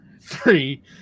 three